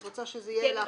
את רוצה שזה יהיה לאחרונה?